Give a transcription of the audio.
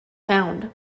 found